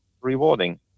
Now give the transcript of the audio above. rewarding